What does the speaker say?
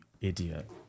idiot